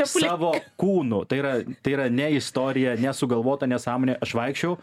savo kūnu tai yra tai yra ne istorija ne sugalvota nesąmonė aš vaikščiojau